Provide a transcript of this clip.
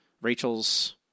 Rachel's